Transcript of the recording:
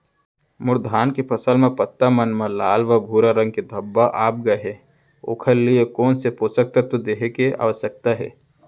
मोर धान के फसल म पत्ता मन म लाल व भूरा रंग के धब्बा आप गए हे ओखर लिए कोन स पोसक तत्व देहे के आवश्यकता हे?